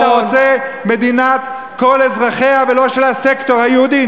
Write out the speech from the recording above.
אמרת שאתה רוצה מדינת כל אזרחיה ולא של הסקטור היהודי,